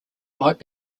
might